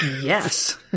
yes